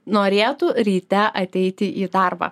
norėtų ryte ateiti į darbą